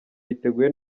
yiteguye